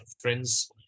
friends